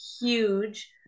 huge